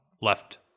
left